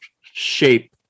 shape